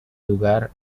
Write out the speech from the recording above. lugar